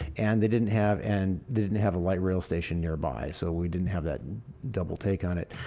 and they didn't have, and didn't have a light rail station nearby. so we didn't have that double take on it.